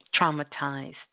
traumatized